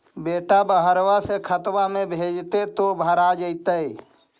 बेटा बहरबा से खतबा में भेजते तो भरा जैतय?